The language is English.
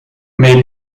may